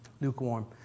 Lukewarm